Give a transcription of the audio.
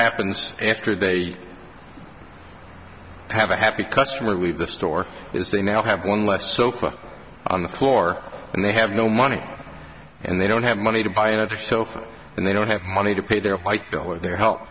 happens after they have a happy customer leave the store is they now have one less sofa on the floor and they have no money and they don't have money to buy another sofa and they don't have money to pay their bill or their help